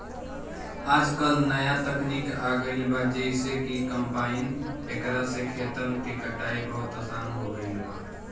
आजकल न्या तकनीक आ गईल बा जेइसे कि कंपाइन एकरा से खेतन के कटाई बहुत आसान हो गईल बा